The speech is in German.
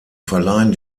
verleihen